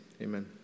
amen